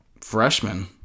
freshman